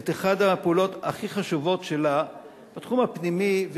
את אחת הפעולות הכי חשובות שלה בתחום הפנימי,